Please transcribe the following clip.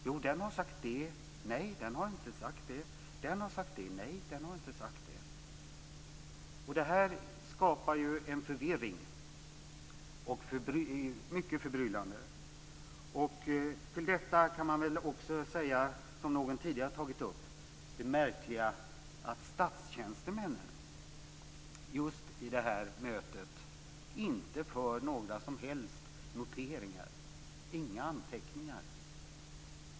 Jo, den har sagt det. Nej, den har inte sagt det. Den har sagt det. Nej, den har inte sagt det. Detta skapar en förvirring och är mycket förbryllande. Till detta kan man också säga, som någon tidigare har tagit upp, att det är märkligt att statstjänstemännen just vid det här mötet inte för några som helst noteringar. De förde inga anteckningar.